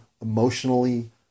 emotionally